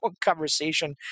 conversation